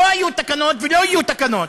לא היו תקנות, ולא יהיו תקנות.